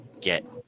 get